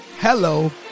hello